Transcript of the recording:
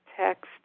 text